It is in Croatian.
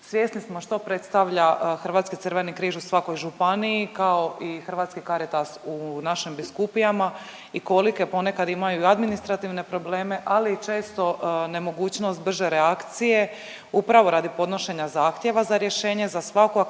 Svjesni smo što predstavlja Hrvatski crveni križ u svakoj županiji kao i Hrvatski Caritas u našim biskupijama i kolike ponekad imaju administrativne probleme, ali i često nemogućnost brže reakcije upravo radi podnošenja zahtjeva za rješenje za svaku aktivnost